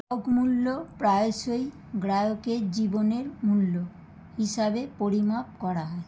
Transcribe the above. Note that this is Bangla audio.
গ্রাহক মূল্য প্রায়শই গ্রাহকের জীবনের মূল্য হিসাবে পরিমাপ করা হয়